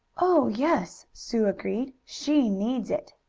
oh, yes! sue agreed. she needs it.